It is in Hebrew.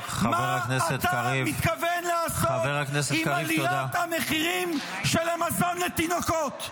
מה אתה מתכוון לעשות עם עליית המחירים של המזון לתינוקות?